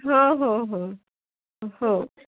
हं हं हं हो